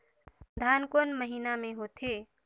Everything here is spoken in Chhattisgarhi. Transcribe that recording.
धान कोन महीना मे होथे?